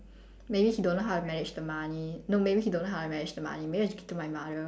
maybe he don't know how to manage the money no maybe he don't know how to manage the money maybe I give to my mother